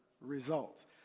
results